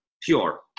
pure